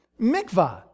Mikvah